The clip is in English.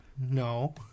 No